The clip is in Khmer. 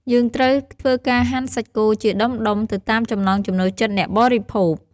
យើងត្រូវធ្វើការហាន់សាច់គោជាដុំៗទៅតាមចំណង់ចំណូលចិត្ត អ្នកបរិភោគ។